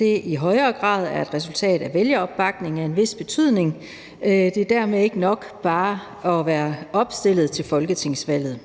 i højere grad skal være et resultat af vælgeropbakning af en vis betydning. Det er dermed ikke nok bare at være opstillet til folketingsvalg.